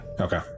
Okay